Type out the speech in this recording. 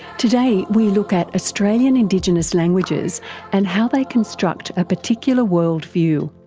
today we look at australian indigenous languages and how they construct a particular world view.